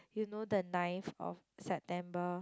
you know the ninth of September